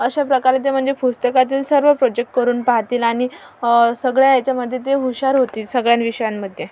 अशाप्रकारे ते म्हणजे पुस्तकातील सर्व प्रोजेक्ट करून पाहतील आणि सगळ्या याच्यामध्ये ते हुशार होतील सगळ्यान विषयांमध्ये